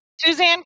suzanne